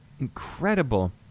incredible